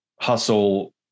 hustle